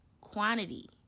quantity